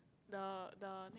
the the